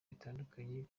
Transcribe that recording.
bitandukanye